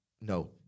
no